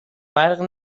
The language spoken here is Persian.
برق